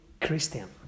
Christian